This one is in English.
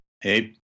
Hey